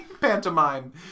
Pantomime